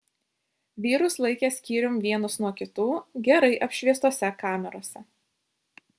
vyrus laikė skyrium vienus nuo kitų gerai apšviestose kamerose